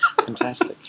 Fantastic